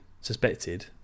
suspected